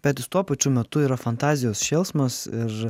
bet jis tuo pačiu metu yra fantazijos šėlsmas ir